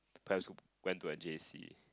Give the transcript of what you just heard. perhaps went to a J_C